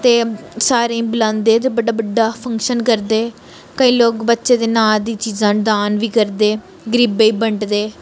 ते सारें गी बलांदे ते बड़ा बड्डा फंगशन करदे केईं लोग बच्चें दे नांऽ दियां चीज़ां दान बी करदे गरीबै गी बंडदे